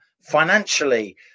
financially